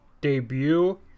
debut